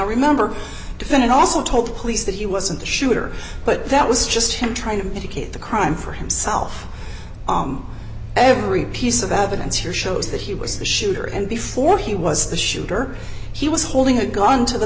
remember defendant also told police that he wasn't the shooter but that was just him trying to indicate the crime for himself every piece of avon's here shows that he was the shooter and before he was the shooter he was holding a gun to the